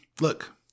look